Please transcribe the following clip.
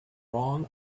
wrong